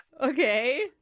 Okay